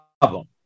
problem